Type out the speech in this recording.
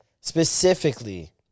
Specifically